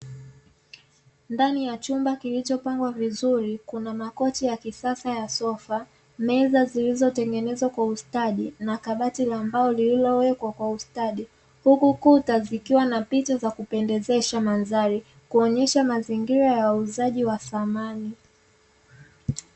Ndani ya chumba kilicho pangwa vizuri kuana makochi ya kisasa ya Sofa, Meza zilizo tengenezwa kwa ustadi na kabati la mbao lililo wekwa kwa ustadi, Huku kuta zikiwa na picha za kupendezesha mandhali kuonyesha mazingilia ya uuzaki wa samani.